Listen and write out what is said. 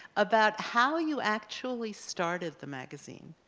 about how you actually started the magazine.